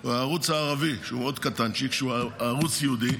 או הערוץ הערבי שהוא מאוד קטנצ'יק והוא ערוץ ייעודי,